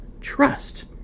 trust